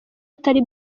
atari